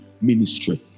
ministry